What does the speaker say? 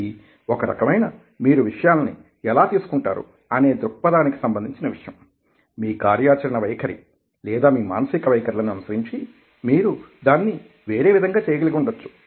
ఇది ఒక రకమైన మీరు విషయాలని ఎలా తీసుకుంటారు అనే దృక్పథానికి సంబంధించిన విషయంమీ కార్యాచరణ వైఖరి లేదా మీ మానసికవైఖరు లని అనుసరించి మీరు దానిని వేరే విధంగా చేయగలిగిఉండవచ్చు